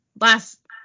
last